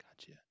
Gotcha